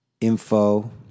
info